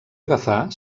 agafar